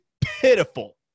pitiful